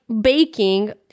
baking